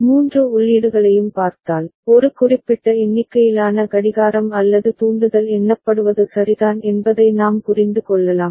மூன்று உள்ளீடுகளையும் பார்த்தால் ஒரு குறிப்பிட்ட எண்ணிக்கையிலான கடிகாரம் அல்லது தூண்டுதல் எண்ணப்படுவது சரிதான் என்பதை நாம் புரிந்து கொள்ளலாம்